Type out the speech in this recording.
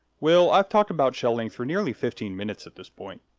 well, i've talked about shell length for nearly fifteen minutes at this point.